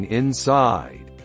inside